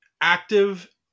active